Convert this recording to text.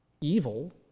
evil